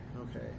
Okay